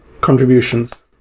contributions